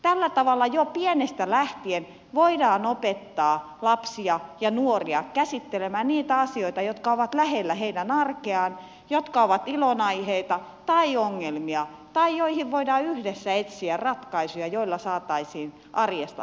tällä tavalla jo pienestä lähtien voidaan opettaa lapsia ja nuoria käsittelemään niitä asioita jotka ovat lähellä heidän arkeaan jotka ovat ilon aiheita tai ongelmia tai joihin voidaan yhdessä etsiä ratkaisuja joilla saataisiin arjesta sujuvampaa